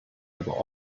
aber